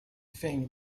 think